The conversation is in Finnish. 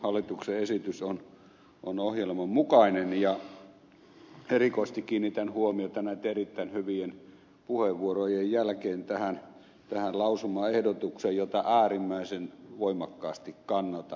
hallituksen esitys on ohjelman mukainen ja erikoisesti kiinnitän huomiota näitten erittäin hyvien puheenvuorojen jälkeen tähän lausumaehdotukseen jota äärimmäisen voimakkaasti kannatan